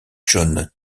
john